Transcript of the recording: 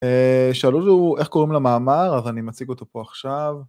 שאלו זו איך קוראים למאמר, אז אני מציג אותו פה עכשיו.